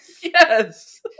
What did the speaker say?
Yes